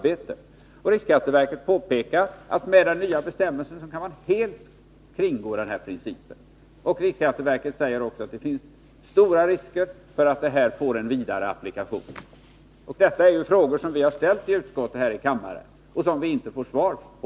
Risksskatteverket påpekar att man med den nya bestämmelsen helt kan kringgå den principen. Riksskatteverket säger också att det finns stora risker för att det här får en vidare applikation. Det är frågor som vi har ställt i utskottet och kammaren, men som vi inte får svar på.